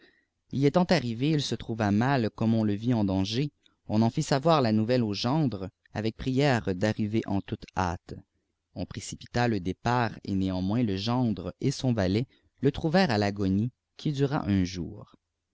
y étant arrivé il se trouva mal comme on le vit en danger on en fit savoir la nouvelle au gendre avec prière d'arriver en toute lîâte on précipita le départ et néanmoins le gendre et son valet le trouvèrent à l'agonie qui dura un jour